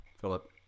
Philip